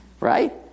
Right